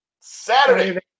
Saturday